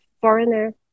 foreigner